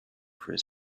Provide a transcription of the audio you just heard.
his